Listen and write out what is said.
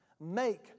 Make